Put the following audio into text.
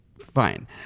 Fine